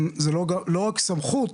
זה לא רק סמכות,